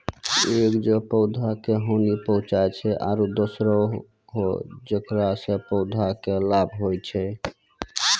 एक जे पौधा का हानि पहुँचाय छै आरो दोसरो हौ जेकरा सॅ पौधा कॅ लाभ होय छै